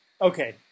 okay